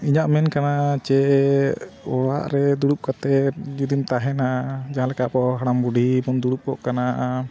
ᱤᱧᱟᱹᱜ ᱢᱮᱱ ᱠᱟᱱᱟ ᱡᱮ ᱚᱲᱟᱜ ᱨᱮ ᱫᱩᱲᱩᱵ ᱠᱟᱛᱮᱫ ᱡᱩᱫᱤᱢ ᱛᱟᱦᱮᱱᱟ ᱡᱟᱦᱟᱸᱞᱮᱠᱟ ᱟᱵᱚ ᱦᱟᱲᱟᱢ ᱵᱩᱰᱷᱤ ᱵᱚᱱ ᱫᱩᱲᱩᱵ ᱠᱚᱜ ᱠᱟᱱᱟ